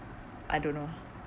I don't know